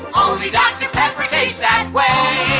only dr. pepper tastes that way